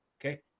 okay